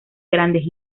grandes